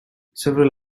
several